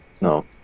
No